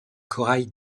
corail